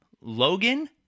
Logan